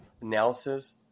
analysis